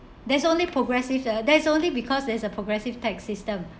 that's only progressive uh that's only because there's a progressive tax system